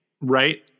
right